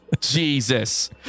Jesus